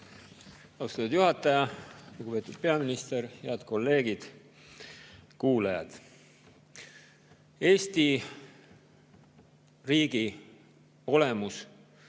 Austatud juhataja! Lugupeetud peaminister! Head kolleegid ja kuulajad! Eesti riigi olemus